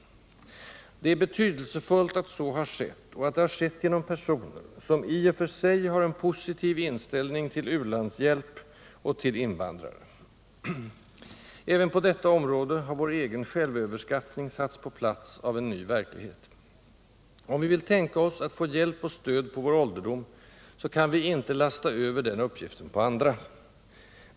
Det är betydelsefullt att så har skett och att det har skett av personer som i och för sig har en positiv inställning till u-landshjälp och till invandrare. Även på detta område har vår egen självöverskattning satts på plats av en ny verklighet. Om vi vill tänka oss att få hjälp och stöd på vår ålderdom, kan vi inte lasta över den uppgiften på andra.